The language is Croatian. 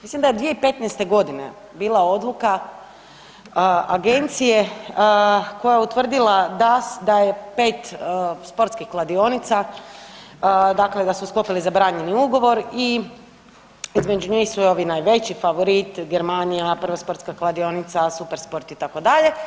Mislim da je 2015. bila odluka agencije koja je utvrdila da je pet sportskih kladionica, dakle da su sklopili zabranjeni ugovor i između njih su i ovi najveći Favorit, Germania, Prva sportska kladionica, Super sport itd.